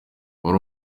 wari